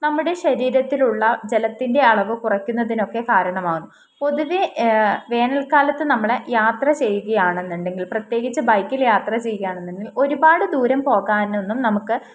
നമ്മുടെ ശരീരത്തിലുള്ള ജലത്തിൻ്റെ അളവ് കുറയ്ക്കുന്നതിനൊക്കെ കാരണമാവുന്നു പൊതുവേ വേനൽക്കാലത്ത് നമ്മൾ യാത്ര ചെയ്യുകയാണെന്നുണ്ടെങ്കിൽ പ്രത്യേകിച്ച് ബൈക്കിൽ യാത്ര ചെയ്യുകയാണെന്നുണ്ടെങ്കിൽ ഒരുപാടുദൂരം പോകാനൊന്നും നമുക്ക്